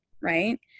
right